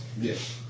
Yes